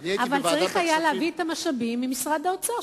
אבל צריך היה להביא את המשאבים ממשרד האוצר,